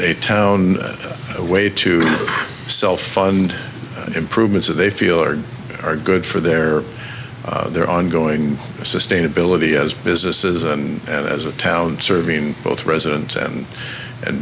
a town a way to sell fund improvements that they feel are are good for their their ongoing sustainability as businesses and as a town serving both residents and